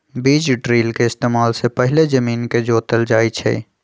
बीज ड्रिल के इस्तेमाल से पहिले जमीन के जोतल जाई छई